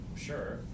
Sure